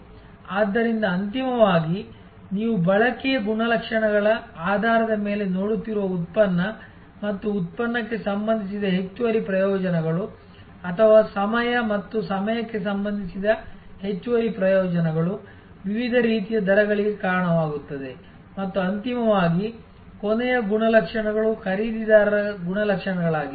ಆದ್ದರಿಂದ ಅಂತಿಮವಾಗಿ ನೀವು ಬಳಕೆಯ ಗುಣಲಕ್ಷಣಗಳ ಆಧಾರದ ಮೇಲೆ ನೋಡುತ್ತಿರುವ ಉತ್ಪನ್ನ ಮತ್ತು ಉತ್ಪನ್ನಕ್ಕೆ ಸಂಬಂಧಿಸಿದ ಹೆಚ್ಚುವರಿ ಪ್ರಯೋಜನಗಳು ಅಥವಾ ಸಮಯ ಮತ್ತು ಸಮಯಕ್ಕೆ ಸಂಬಂಧಿಸಿದ ಹೆಚ್ಚುವರಿ ಪ್ರಯೋಜನಗಳು ವಿವಿಧ ರೀತಿಯ ದರಗಳಿಗೆ ಕಾರಣವಾಗುತ್ತದೆ ಮತ್ತು ಅಂತಿಮವಾಗಿ ಕೊನೆಯ ಗುಣಲಕ್ಷಣಗಳು ಖರೀದಿದಾರರ ಗುಣಲಕ್ಷಣಗಳಾಗಿವೆ